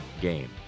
game